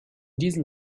diesem